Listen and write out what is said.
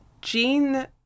Jean